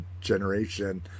generation